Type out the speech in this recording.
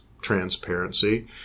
transparency